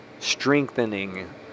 strengthening